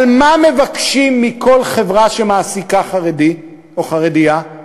אבל מה מבקשים מכל חברה שמעסיקה חרדי או חרדית?